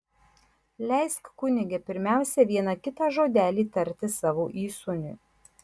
leisk kunige pirmiausia vieną kitą žodelį tarti savo įsūniui